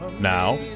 Now